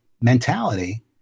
mentality